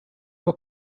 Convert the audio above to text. were